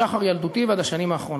משחר ילדותי ועד השנים האחרונות.